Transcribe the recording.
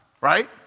Right